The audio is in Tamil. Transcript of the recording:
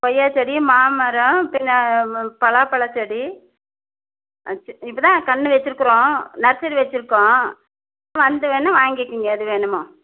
கொய்யா செடி மாமரம் பின்ன பலாப்பழம் செடி வச்சு இப்போ தான் கன்று வச்சிருக்கறோம் நர்சரி வச்சிருக்கோம் வந்து வேணா வாங்கிக்கிங்க எது வேணுமோ